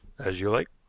as you like.